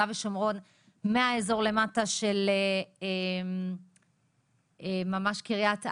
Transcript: ושומרון מהאזור למטה של ממש קריית ארבע,